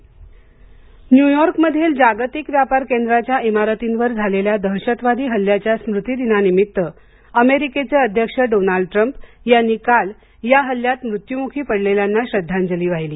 America हल्ला स्मृती न्युयॉर्कमधील जागतिक व्यापार केंद्राच्या इमारतींवर झालेल्या दहशतवादी हल्ल्याच्या स्मृतिदिनानिमित्त अमेरिकेचे अध्यक्ष डोनाल्ड ट्रम्प यांनी काल या हल्ल्यात मृत्यमुखी पडलेल्यांना श्रद्धांजली वाहिली